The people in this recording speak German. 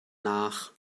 nach